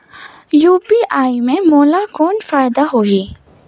UPI से मोला कौन फायदा होही?